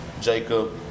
Jacob